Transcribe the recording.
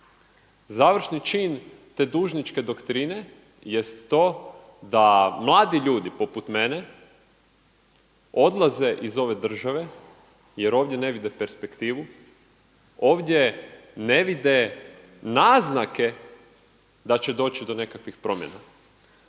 završni čin te dužničke doktrine jest to da mladi ljudi poput mene odlaze iz ove države jer ovdje ne vide perspektivu, ovdje ne vide naznake da će doći do nekakvih promjena.